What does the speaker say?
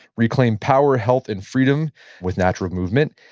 reclaim power health and freedom with natural movement.